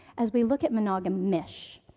as we look at monogamish,